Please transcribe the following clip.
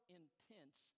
intense